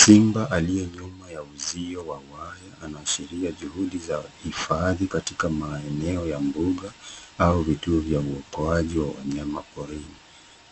Simba aliye nyuma ya uzio wa waya anaashiria juhudi za hifadhi katika maeneo ya mbuga au vituo vya uokoaji wa wanyama porini.